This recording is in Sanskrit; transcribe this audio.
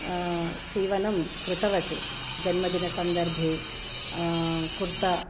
सीवनं कृतवति जन्मदिनसन्दर्भे कुर्ता